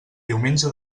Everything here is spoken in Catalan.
diumenge